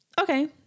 Okay